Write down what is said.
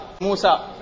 Musa